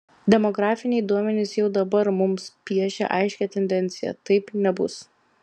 demografiniai duomenys jau dabar mums piešia aiškią tendenciją taip nebus